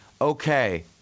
okay